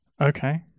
Okay